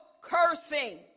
cursing